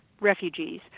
refugees